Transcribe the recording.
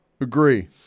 Agree